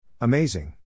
Amazing